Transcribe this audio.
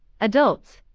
adults